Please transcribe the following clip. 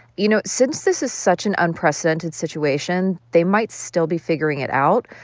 you know, since this is such an unprecedented situation, they might still be figuring it out.